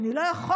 אני לא יכול,